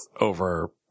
over